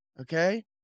Okay